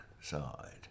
side